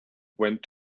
went